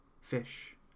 fish